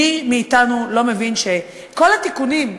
מי מאתנו לא מבין שכל התיקונים,